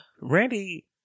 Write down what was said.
Randy